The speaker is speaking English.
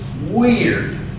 weird